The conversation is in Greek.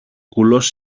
κουλός